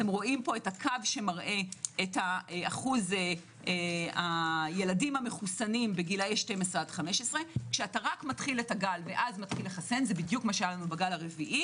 יש פה הקו שמראה את אחוז הילדים המחוסנים בגילאי 12 עד 15. כשאתה מתחיל את הגל ואז מתחיל לחסן זה מה שהיה לנו בגל הרביעי